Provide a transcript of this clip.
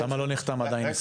למה לא נחתם עדיין הסכם?